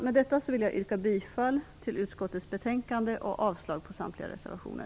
Med detta yrkar jag bifall till utskottets hemställan och avslag på samtliga reservationer.